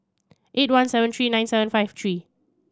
eight one seven three nine seven five three